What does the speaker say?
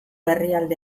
herrialde